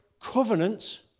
covenant